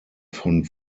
von